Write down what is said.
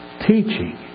teaching